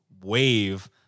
wave